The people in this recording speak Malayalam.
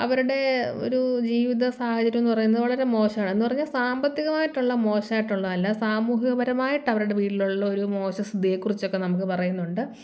അവരുടെ ഒരു ജീവിത സാഹചര്യം എന്ന് പറയുന്നത് വളരെ മോശമാണ് എന്ന് പറഞ്ഞാൽ സാമ്പത്തികമായിട്ടുള്ള മോശമായിട്ടുള്ളതല്ല സാമൂഹ്യപരമായിട്ട് അവരുടെ വീട്ടിലുള്ള ഒരു മോശം സ്ഥിതിയെ കുറിച്ചൊക്കെ നമുക്ക് പറയുന്നുണ്ട്